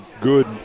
good